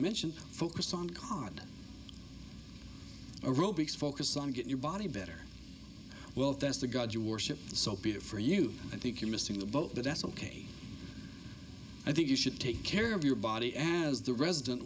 mentioned focus on card aerobics focus on get your body better well that's the god you worship so peter for you i think you're missing the boat but that's ok i think you should take care of your body as the resident